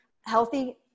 healthy